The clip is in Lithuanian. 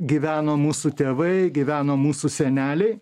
gyveno mūsų tėvai gyveno mūsų seneliai